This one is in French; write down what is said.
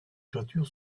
toitures